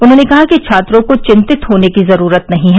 उन्होंने कहा कि छात्रों को चिंतित होने की जरूरत नहीं है